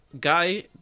Guy